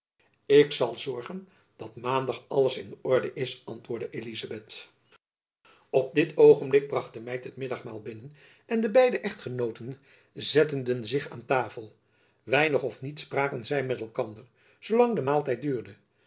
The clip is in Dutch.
ik zal zorgen dat maandag alles in orde is antwoordde elizabeth op dit oogenblik bracht de meid het middagmaal binnen en de beide echtgenooten zetteden zich aan tafel weinig of niet spraken zy met elkander zoolang de maaltijd duurde